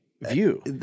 view